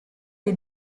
dei